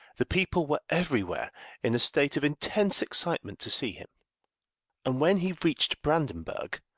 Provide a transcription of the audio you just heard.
the people were everywhere in a state of intense excitement to see him and when he reached brandenburg,